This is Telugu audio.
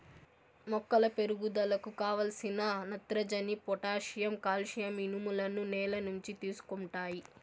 మొక్కల పెరుగుదలకు కావలసిన నత్రజని, పొటాషియం, కాల్షియం, ఇనుములను నేల నుంచి తీసుకుంటాయి